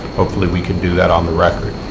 hopefully, we can do that on the record.